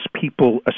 people